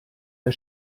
der